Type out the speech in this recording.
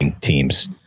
teams